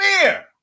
fear